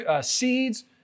seeds